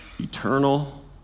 eternal